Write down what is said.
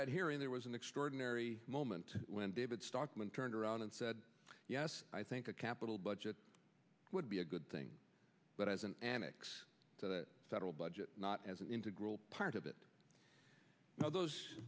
that hearing there was an extraordinary moment when david stockman turned around and said yes i think a capital budget would be a good thing but as an an excess federal budget not as an integral part of it now those